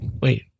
wait